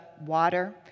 water